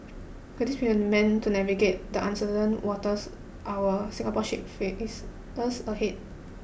could this be the man to navigate the uncertain waters our Singapore ship faces ahead